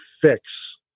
fix